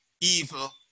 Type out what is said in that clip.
evil